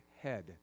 head